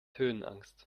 höhenangst